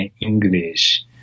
English